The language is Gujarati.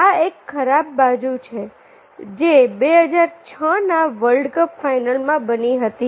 આ એક ખરાબ બાજુ છેજે 2006 ના વર્લ્ડ કપ ફાઇનલમાં બની હતી